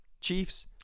Chiefs